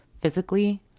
physically